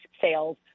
sales